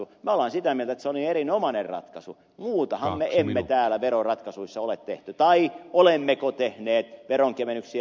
me olemme sitä mieltä että se oli erinomainen ratkaisu muutahan me emme täällä veroratkaisuissa ole tehneet vai olemmeko tehneet veronkevennyksiä